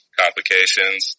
complications